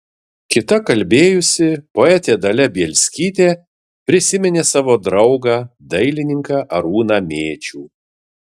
kita kalbėjusi poetė dalia bielskytė prisiminė savo draugą dailininką arūną mėčių